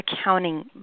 accounting